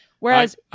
Whereas